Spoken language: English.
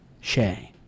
Shay